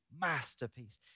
masterpiece